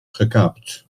gekaapt